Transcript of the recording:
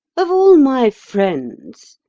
of all my friends,